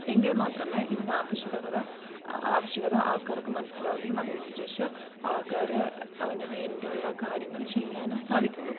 എങ്കിൽ മാത്രമേ ഇതിന് ആവശ്യകത ആവശ്യകത ആൾക്കാർക്ക് മനസ്സിലാവുകയും അതനുസരിച്ച് ആൾക്കാർ അതിന് വേണ്ടിയുള്ള കാര്യങ്ങൾ ചെയ്യാനും സാധിക്കൂള്ളു